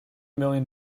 million